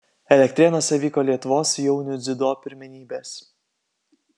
elektrėnuose vyko lietuvos jaunių dziudo pirmenybės